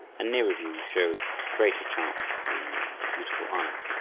a nearer view showed greater charms in the beautiful isle.